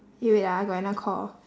eh wait ah I got another call